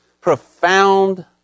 profound